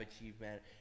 achievement